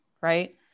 right